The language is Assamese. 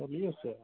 চলি আছে